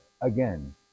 again